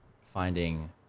finding